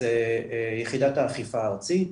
זה יחידת האכיפה הארצית,